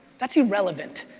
that's irrelevant.